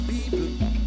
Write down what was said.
people